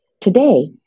Today